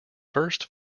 first